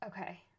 Okay